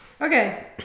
Okay